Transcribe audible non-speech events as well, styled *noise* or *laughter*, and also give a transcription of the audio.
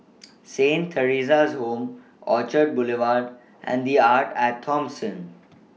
*noise* Saint Theresa's Home Orchard Boulevard and The Arte At Thomson